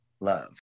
Love